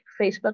Facebook